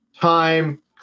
time